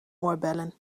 oorbellen